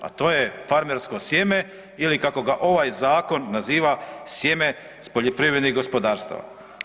Pa to je farmersko sjeme ili kako ga ovaj zakon naziva „sjeme s poljoprivrednim gospodarstava“